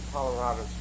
Colorado